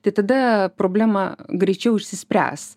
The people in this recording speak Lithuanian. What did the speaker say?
tai tada problema greičiau išsispręs